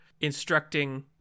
instructing